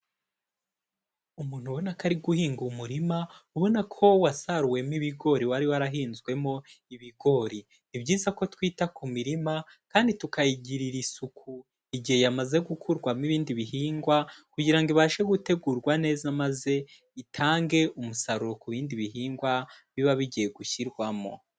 Umuntu ubona ko ari guhinga umurima ubona ko wasaruwemo ibigori wari warahinzwemo ibigori, ni byiza ko twita ku mirima kandi tukayigirira isuku igihe yamaze gukurwamo ibindi bihingwa kugira ngo ibashe gutegurwa neza maze itange umusaruro ku bindi bihingwa biba bigiye gushyirwamo.